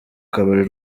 kabari